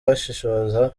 bashishoza